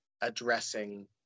addressing